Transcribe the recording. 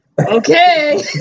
okay